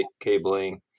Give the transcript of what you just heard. cabling